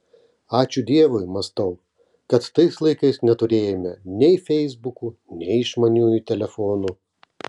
ačiū dievui mąstau kad tais laikais neturėjome nei feisbukų nei išmaniųjų telefonų